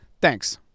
Thanks